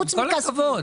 עם כל הכבוד.